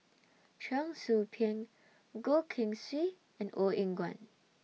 Cheong Soo Pieng Goh Keng Swee and Ong Eng Guan